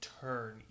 turn